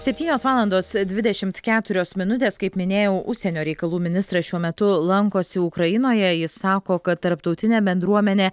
septynios valandos dvidešimt keturios minutės kaip minėjau užsienio reikalų ministras šiuo metu lankosi ukrainoje jis sako kad tarptautinė bendruomenė